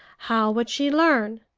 how would she learn?